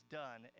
done